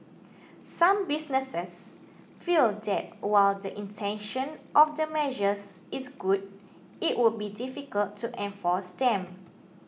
some businesses feel that while the intention of the measures is good it would be difficult to enforce them